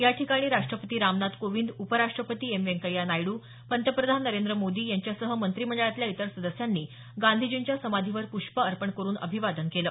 याठिकाणी राष्ट्रपती रामनाथ कोविंद उपराष्ट्रपती एम व्यंकय्या नायडू पंतप्रधान नरेंद्र मोदी यांच्यासह मंत्रिमंडळातल्या इतर सदस्यांनी गांधीजींच्या समाधीवर पृष्प अर्पण करुन अभिवादन केलं